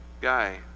guy